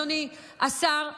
אדוני השר,